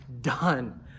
done